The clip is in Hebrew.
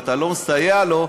ואם אתה לא מסייע לו,